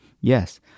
yes